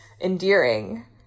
endearing